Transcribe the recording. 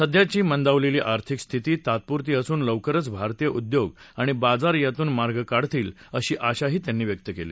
सध्याची मंदावलेली आर्थिक स्थिती तात्पुरती असून लवकरच भारतीय उद्योग आणि बाजार यातून मार्ग काढतील अशी आशाही त्यांनी व्यक्त केली